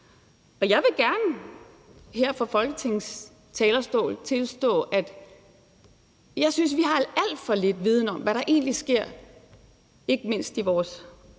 Jeg vil gerne her fra Folketingets talerstol tilstå, at jeg synes, vi har alt for lidt viden om, hvad der egentlig sker, ikke mindst i vores